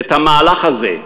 את המהלך הזה,